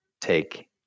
take